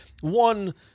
one